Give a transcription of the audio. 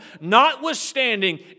Notwithstanding